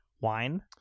wine